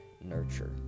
nurture